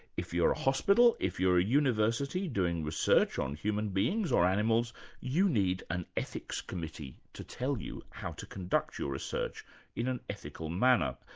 if you're a hospital, if you're at university doing research on human beings or animals you need an ethics committee to tell you how to conduct your research in an ethical manner.